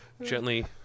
gently